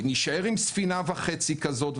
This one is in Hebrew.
נישאר עם ספינה וחצי כזאת,